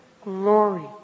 glory